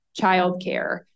childcare